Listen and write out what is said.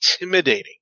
intimidating